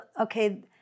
Okay